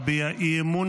להביע אי-אמון